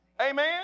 Amen